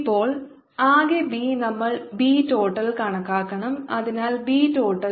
ഇപ്പോൾ ആകെ ബി നമ്മൾ ബി ടോട്ടൽ കണക്കാക്കണം അതിനാൽ ബി ടോട്ടൽ